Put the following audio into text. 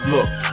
Look